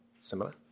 similar